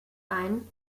ein